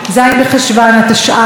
ז' בחשוון התשע"ט,